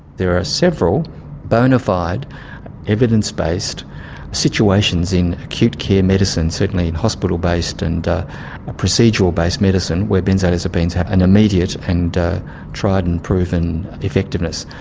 there are several bona fide evidence-based situations in acute care medicine, certainly in hospital-based and procedural-based medicine where benzodiazepines have an immediate and tried and proven effectiveness.